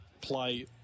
play